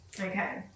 Okay